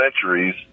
centuries